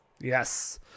Yes